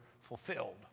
fulfilled